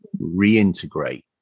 reintegrate